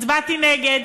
הצבעתי נגד,